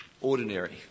ordinary